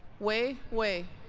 wei wei